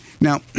Now